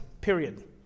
period